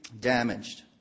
damaged